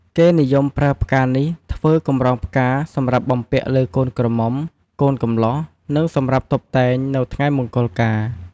គេនិយមប្រើផ្កានេះ ធ្វើកម្រងផ្កាសម្រាប់បំពាក់លើកូនក្រមុំ កូនកំលោះ និងសម្រាប់តុបតែង នៅថ្ងៃមង្គលការ។